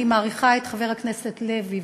אני מעריכה את חבר הכנסת לוי,